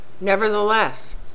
Nevertheless